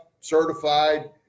certified